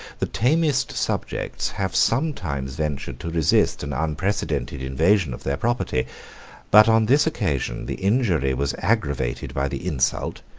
the tamest subjects have sometimes ventured to resist an unprecedented invasion of their property but on this occasion the injury was aggravated by the insult,